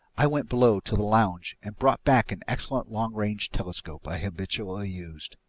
i went below to the lounge and brought back an excellent long-range telescope i habitually used.